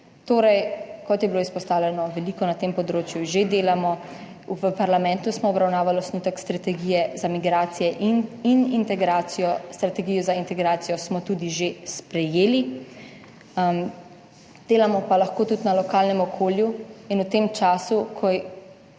Torej, kot je bilo izpostavljeno, veliko na tem področju že delamo. V parlamentu smo obravnavali osnutek strategije za migracije in integracijo. Strategijo za integracijo smo tudi že sprejeli. Delamo pa lahko tudi na lokalnem okolju in v tem času, ko